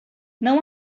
não